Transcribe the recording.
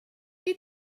you